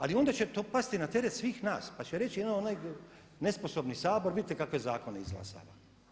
Ali onda će to pasti na teret svih nas pa će reći evo onaj nesposobni Sabor vidite kakve zakone izglasava.